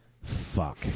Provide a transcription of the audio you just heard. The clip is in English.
Fuck